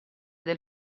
del